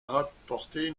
rapporté